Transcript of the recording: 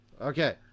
Okay